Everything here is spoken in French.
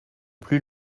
plus